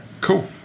Cool